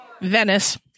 Venice